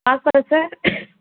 phosphorous sir